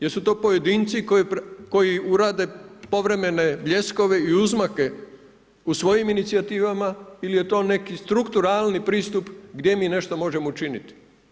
Jesu to pojedinci koji urade povremene bljeskove i uzmake u svojim inicijativama ili je to neki strukturalni pristup gdje mi nešto možemo učiniti?